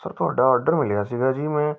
sir ਤੁਹਾਡਾ order ਮਿਲਿਆ ਸੀਗਾ ਜੀ ਮੈਂ